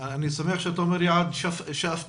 אני שמח שאתה אומר יעד שאפתני.